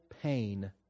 pain